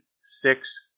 Six